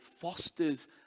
fosters